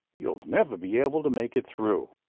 you'll never be able to make it through.